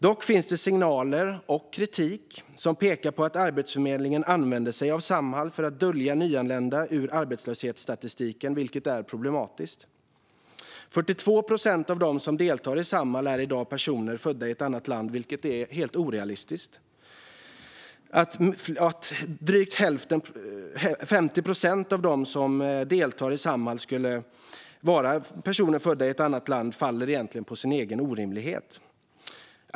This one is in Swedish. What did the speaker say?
Dock finns det signaler och kritik som pekar på att Arbetsförmedlingen använder sig av Samhall för att dölja nyanlända i arbetslöshetsstatistiken, vilket är problematiskt. Av dem som arbetar i Samhall är 42 procent i dag personer som är födda i ett annat land, vilket är helt orealistiskt. Att 50 procent av dem som arbetar i Samhall ska vara personer födda i ett annat land faller egentligen på sin egen orimlighet.